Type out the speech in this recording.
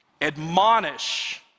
Admonish